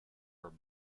her